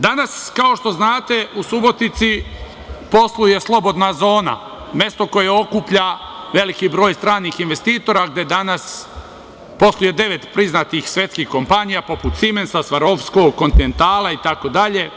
Danas, kao što znate, u Subotici posluje Slobodna zona, mesto koje okuplja veliki broj stranih investitora, gde danas posluje devet priznatih svetskih kompanija, poput „Simensa“, „Svarovskog“, „Kontinentala“ itd.